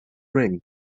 ring